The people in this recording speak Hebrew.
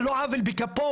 על לא עוול בכפו,